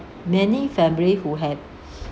many family who have